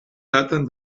daten